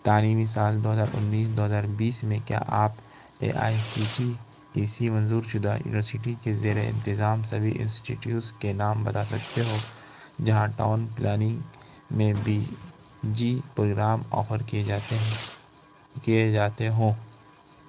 تعلیمی سال دو ہزار انیس دو ہزار بیس میں کیا آپ A I C T E سی منظور شدہ یونیورسٹی کے زیر انتظام سبھی انسٹیٹیوس کے نام بتا سکتے ہو جہاں ٹاؤن پلاننگ میں بی جی پروگرام آفر کیے جاتے ہیں کیے جاتے ہوں